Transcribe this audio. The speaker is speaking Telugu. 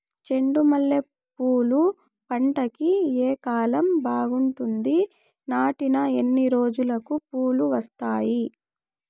చెండు మల్లె పూలు పంట కి ఏ కాలం బాగుంటుంది నాటిన ఎన్ని రోజులకు పూలు వస్తాయి